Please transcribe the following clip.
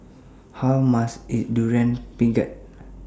How much IS Durian Pengat